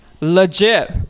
legit